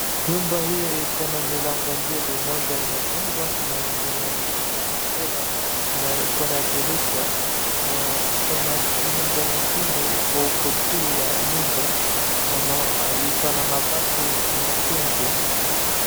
Nyumba hii iko na milango mbili moja imefungwa na ingine imefungililiwa na iko na dirisha na kuna nyumba ingine iko huko juu ya nyumba na iko na mabati nyekundu.